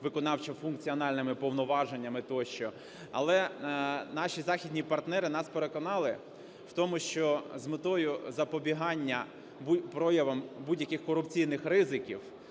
виконавчо-функціональними повноваженнями тощо. Але наші західні партнери нас переконали в тому, що з метою запобігання проявам будь-яких корупційних ризиків